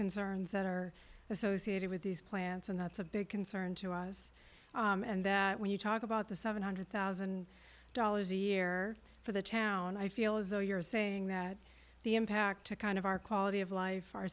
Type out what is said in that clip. concerns that are associated with these plants and that's a big concern to us and that when you talk about the seven hundred thousand dollars a year for the town i feel as though you're saying that the impact to kind of our quality of life our